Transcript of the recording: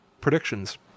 predictions